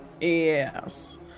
Yes